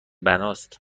بناست